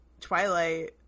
Twilight